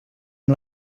amb